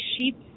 sheep